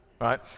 right